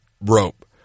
rope